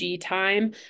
time